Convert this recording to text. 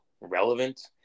relevant